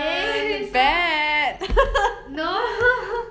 !yay! so no